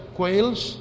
quails